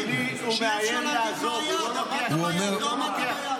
שיהיה אפשר להגיד מה היעד.